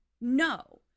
no